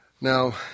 Now